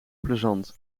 plezant